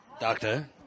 Doctor